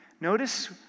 notice